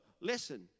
listen